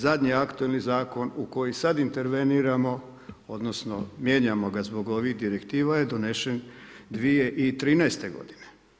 Zadnji aktualni zakon u koji sada interveniramo odnosno mijenjamo ga zbog ovih direktiva je donesen 2013. godine.